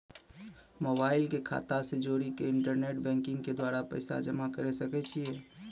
Mobile के खाता से जोड़ी के इंटरनेट बैंकिंग के द्वारा पैसा जमा करे सकय छियै?